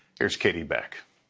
here's katie beck.